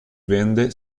vende